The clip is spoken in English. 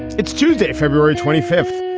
it's tuesday, february twenty fifth,